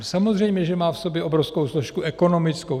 Samozřejmě že má v sobě obrovskou složku ekonomickou.